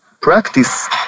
practice